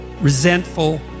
resentful